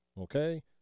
okay